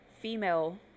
female